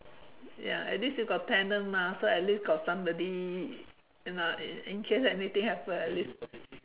ya at least you got tenant mah so at least got somebody you know in in case anything happen at least